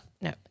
No